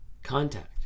Contact